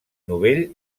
novell